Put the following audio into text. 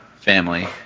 family